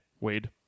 Wade